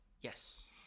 Yes